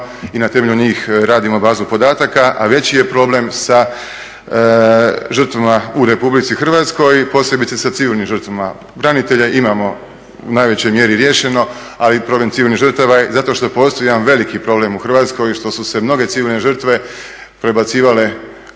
i na temelju njih radimo bazu podataka, a veći je problem sa žrtvama u RH, posebice sa civilnim žrtvama. Branitelja imamo u najvećoj mjeri riješeno, ali problem civilnih žrtava je zato što postoji jedan veliki problem u Hrvatskoj i što su se mnoge civilne žrtve prebacivale